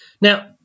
Now